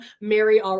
Mary